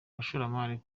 abashoramari